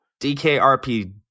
DKRP